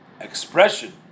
expression